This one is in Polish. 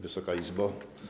Wysoka Izbo!